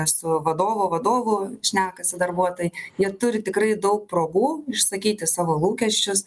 su vadovo vadovu šnekasi darbuotojai jie turi tikrai daug progų išsakyti savo lūkesčius